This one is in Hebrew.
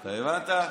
אתה הבנת?